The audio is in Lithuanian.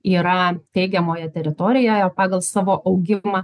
yra teigiamoje teritorijoje pagal savo augimą